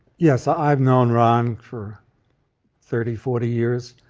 yes. ah i've known ron for thirty, forty years.